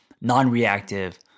non-reactive